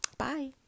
Bye